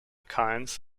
kinds